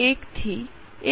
1 થી 1